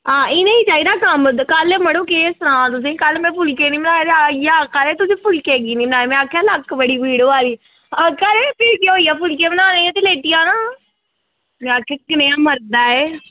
आं इनेंगी चाहिदा कम्म कल्ल मड़ो केह् सनांऽ तुसेंगी कल्ल में फुलकै निं बनाए आइयै मिगी पुच्छा दे हे कल्ल फुलकै कीऽ निं बनाए ते में आक्खेआ लक्क बड़ी पीड़ होआ दी ते आक्खा दे हे केह् होइया फुलकै बनाने हे ते लेटी जाना हा में आक्खेआ कनेहा मर्द ऐ एह्